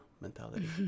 mentality